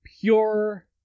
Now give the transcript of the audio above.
pure